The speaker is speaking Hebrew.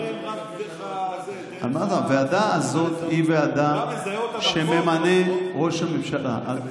או שאתם מדברים רק דרך --- הוועדה הזאת היא ועדה שממנה ראש הממשלה.